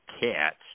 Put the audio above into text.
cats